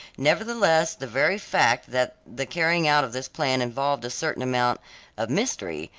nevertheless the very fact that the carrying out of this plan involved a certain amount of mystery,